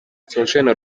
theogene